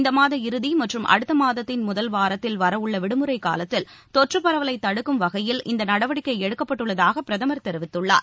இந்த மாத இறதி மற்றும் அடுத்த மாதத்தின் முதல் வாரத்தில் வர உள்ள விடுமுறை காலத்தில் தொற்று பரவலை தடுக்கும் வகையில் இந்த நடவடிக்கை எடுக்கப்பட்டுள்ளதாக பிரதமர் தெரிவித்தள்ளார்